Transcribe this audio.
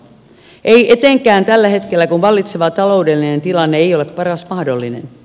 ei etenkään tällä hetkellä kun vallitseva taloudellinen tilanne ei ole paras mahdollinen